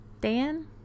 Dan